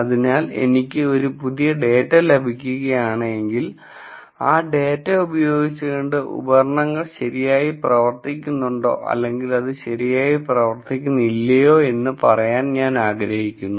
അതിനാൽ എനിക്ക് ഒരു പുതിയ ഡാറ്റ ലഭിക്കുകയാണെങ്കിൽ ആ ഡാറ്റ ഉപയോഗിച്ചുകൊണ്ട് ഉപകരണങ്ങൾ ശരിയായി പ്രവർത്തിക്കുന്നുണ്ടോ അല്ലെങ്കിൽ അത് ശരിയായി പ്രവർത്തിക്കുന്നില്ലയോ എന്ന് പറയാൻ ഞാൻ ആഗ്രഹിക്കുന്നു